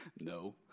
no